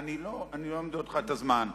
אני לא אמדוד לך את הזמן.